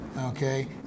Okay